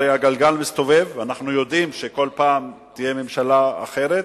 הרי הגלגל מסתובב ואנחנו יודעים שכל פעם תהיה ממשלה אחרת,